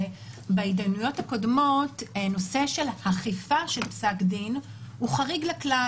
בהתדיינויות הקודמות נושא של אכיפה של פסק דין הוא חריג לכלל,